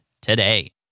today